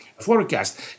forecast